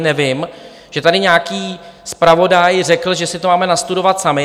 Nevím, že tady nějaký zpravodaj řekl, že si to máme nastudovat sami.